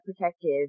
protective